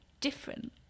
different